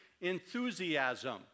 enthusiasm